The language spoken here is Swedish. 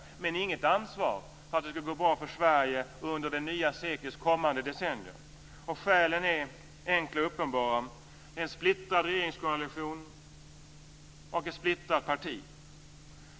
Men det finns inget ansvar för att det ska gå bra för Sverige under det nya seklets kommande decennier. Skälen är enkla och uppenbara, nämligen en splittrad regeringskoalition och ett splittrat parti.